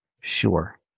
Sure